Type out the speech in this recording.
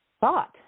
thought